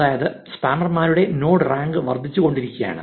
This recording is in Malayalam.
അതായത് സ്പാമർമാരുടെ നോഡ് റാങ്ക് വർദ്ധിച്ചുകൊണ്ടിരിക്കുകയാണ്